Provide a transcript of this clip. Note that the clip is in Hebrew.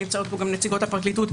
נמצאות פה גם נציגות הפרקליטות,